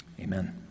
Amen